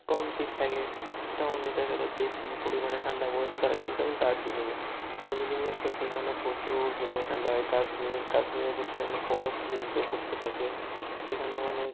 কম শীত থাকে সেটা অন্য জায়গায় হয়তো বেশি পরিমাণে ঠান্ডা পড়েছে তারা সে যেমন ধরুন দার্জিলিংয়ে দার্জিলিংয়ে তো সেখানে প্রচুর পরিমাণে ঠান্ডা হয় কাশ্মীর কাশ্মীরে প্রচুর এখনো বরফ পর্যন্ত পড়তে থাকে সেখানে মানে